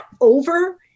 over